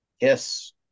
yes